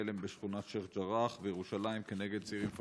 הלם בשכונת שייח' ג'ראח בירושלים נגד צעירים פלסטינים.